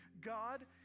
God